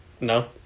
No